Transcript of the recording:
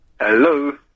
Hello